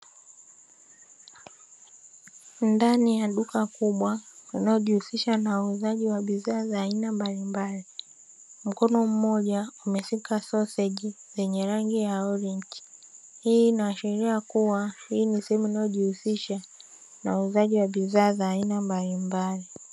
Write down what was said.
Ndani ya duka kubwa unaojihusisha na uuzaji wa bidhaa za aina mbalimbali mkono mmoja umeshika soseji zenye rangi ya orenji, hii inaashiria kuwa hii ni sehemu inayojihusisha na uuzaji wa bidhaa za aina mbalimbali.